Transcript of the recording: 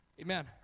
Amen